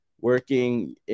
working